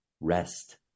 rest